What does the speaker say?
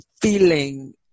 feeling